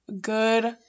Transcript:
good